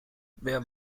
wer